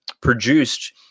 produced